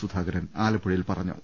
സുധാകരൻ ആലപ്പുഴയിൽ പറഞ്ഞു